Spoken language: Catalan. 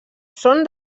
són